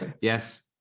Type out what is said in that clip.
Yes